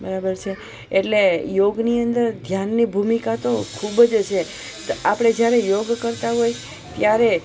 બરાબર છે એટલે યોગની અંદર ધ્યાનની ભૂમિકા તો ખૂબ જ છે તો આપણુે જ્યારે યોગ કરતા હોઈએ ત્યારે